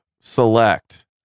select